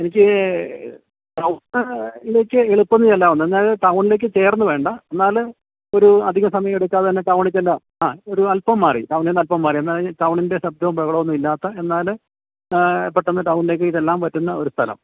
എനിക്ക് ടൗണി ലേക്ക് എളുപ്പത്തില് ചെല്ലാവുന്ന എന്നാല് ടൗണിലേക്കു ചേർന്നു വേണ്ട എന്നാല് ഒരു അധിക സമയം എടുക്കാതെ തന്നെ ടൗണില് ചെല്ലാം ആ ഒരു അൽപ്പം മാറി ടൗണില്നിന്നൽപ്പം മാറി എന്നു പറഞ്ഞാല് ടൗണിൻ്റെ ശബ്ദമോ ബഹളമോ ഒന്നുമില്ലാത്ത എന്നാല് പെട്ടെന്ന് ടൗണിലേക്കു ചെല്ലാൻ പറ്റുന്ന ഒരു സ്ഥലം